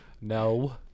no